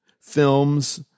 films